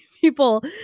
people